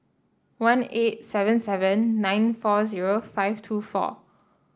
one eight seven seven nine four zero five two four